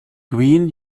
queen